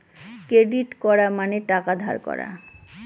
credit করা মানে টাকা ধার করা